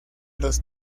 los